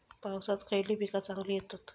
पावसात खयली पीका चांगली येतली?